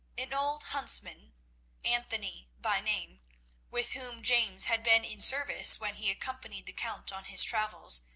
an old huntsman anthony by name with whom james had been in service when he accompanied the count on his travels,